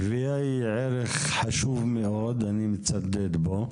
גבייה היא ערך חשוב מאוד, אני מצדד בו.